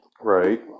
Right